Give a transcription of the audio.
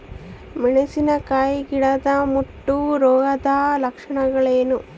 ಮೆಣಸಿನಕಾಯಿ ಗಿಡದ ಮುಟ್ಟು ರೋಗದ ಲಕ್ಷಣಗಳೇನು?